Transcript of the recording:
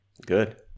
Good